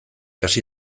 hasi